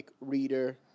reader